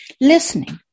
listening